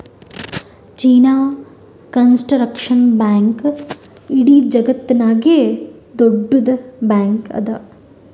China construction bank ಇಡೀ ಜಗತ್ತನಾಗೆ ದೊಡ್ಡುದ್ ಬ್ಯಾಂಕ್ ಅದಾ